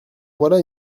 voilà